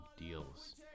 deals